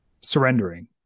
surrendering